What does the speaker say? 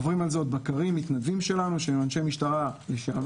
עוברים על זה עוד בקרים מתנדבים שלנו שהם אנשי משטרה לשעבר.